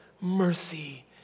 Mercy